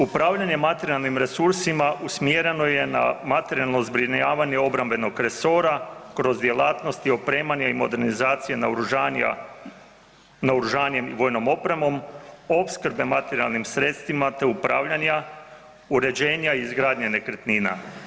Upravljanje materijalnim resursima usmjereno je na materijalno zbrinjavanje obrambenog resora kroz djelatnost i opremanje i modernizacije naoružanjem i vojnom opremom, opskrbe materijalnim sredstvima te upravljanja, uređenja i izgradnje nekretnina.